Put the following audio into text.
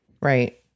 Right